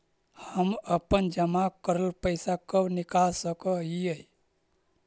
हम अपन जमा करल पैसा कब निकाल सक हिय?